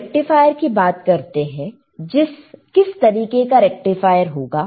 तो रेक्टिफायर कि जब बात करते हैं किस तरीके का रेक्टिफायर होगा